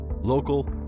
Local